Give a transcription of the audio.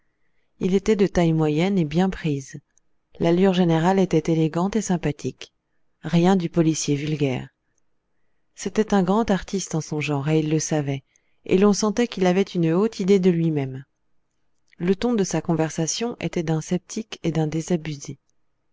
il était de taille moyenne et bien prise l'allure générale était élégante et sympathique rien du policier vulgaire c'était un grand artiste en son genre et il le savait et l'on sentait qu'il avait une haute idée de luimême le ton de sa conversation était d'un sceptique et d'un désabusé